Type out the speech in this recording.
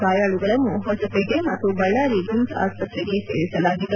ಗಾಯಾಳುಗಳನ್ನು ಹೊಸಪೇಟೆ ಮತ್ತು ಬಳ್ಳಾರಿ ವಿಮ್ಸ್ ಆಸ್ಪತ್ರೆಗೆ ಸೇರಿಸಲಾಗಿದೆ